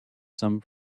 some